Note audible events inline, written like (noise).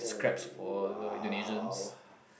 oh !wow! (breath)